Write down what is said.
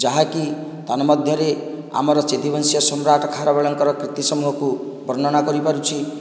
ଯାହାକି ତନ୍ମମଧ୍ୟରେ ଆମର ଛେଦୀବଂଶୀୟ ସମ୍ରାଟ ଖାରବେଳଙ୍କର କୀର୍ତ୍ତି ସମୂହକୁ ବର୍ଣ୍ଣନା କରିପାରୁଛି